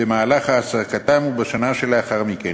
במהלך העסקתם ובשנה שלאחר מכן.